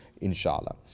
inshallah